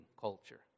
culture